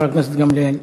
חברת הכנסת גמליאל,